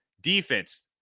Defense